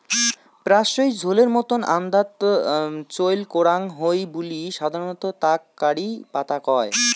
প্রায়শই ঝোলের মতন আন্দাত চইল করাং হই বুলি সাধারণত তাক কারি পাতা কয়